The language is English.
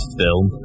film